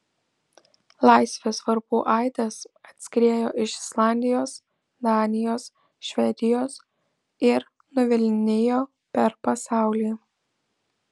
laisvės varpų aidas atskriejo iš islandijos danijos švedijos ir nuvilnijo per pasaulį